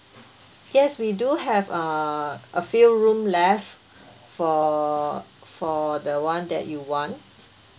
yes we do have uh a few room left for for the one that you want